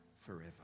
forever